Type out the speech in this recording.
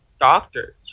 doctors